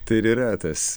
tai ir yra tas